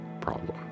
problem